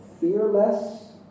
fearless